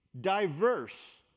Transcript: diverse